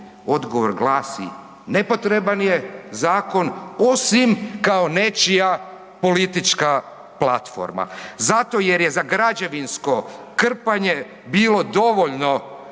odgovor glasi nepotreban je zakon osim kao nečija politička platforma zato jer je za građevinsko krpanje bilo dovoljno